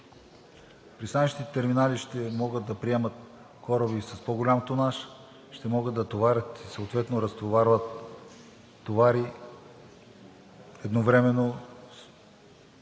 Пристанищните терминали ще могат да приемат кораби с по-голям тонаж, ще могат да товарят и съответно разтоварват товари едновременно